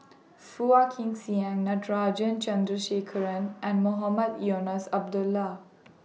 Phua Kin Siang Natarajan Chandrasekaran and Mohamed Eunos Abdullah